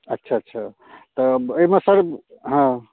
अच्छा अच्छा तऽ एहिमे सर हँ